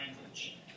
language